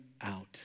out